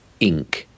Inc